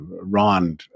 Ron